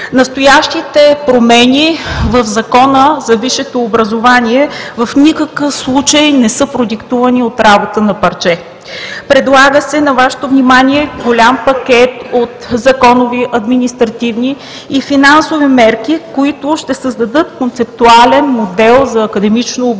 Настоящите промени в Закона за висшето образование в никакъв случай не са продиктувани от работа на парче. На Вашето внимание се предлага голям пакет от законови, административни и финансови мерки, които ще създадат концептуален модел за академично обучение,